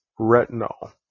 retinol